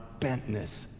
bentness